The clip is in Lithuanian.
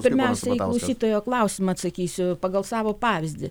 pirmiausia į klausytojo klausimą atsakysiu pagal savo pavyzdį